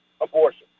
abortion